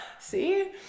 See